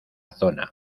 zona